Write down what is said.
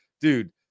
dude